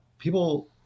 People